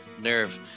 Nerve